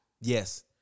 Yes